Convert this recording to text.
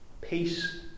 Peace